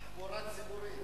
תחבורה ציבורית.